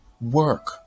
work